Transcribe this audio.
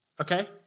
okay